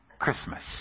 Christmas